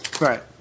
Right